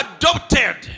adopted